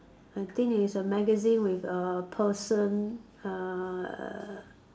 I think it's a magazine with a person uh